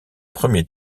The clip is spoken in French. premiers